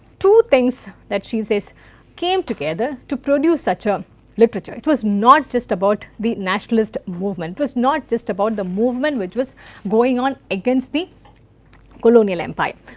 two things that she says came together to produce such a literature. it was not just about the nationalist movement. it was not just about the movement, which was going on against the colonial empire,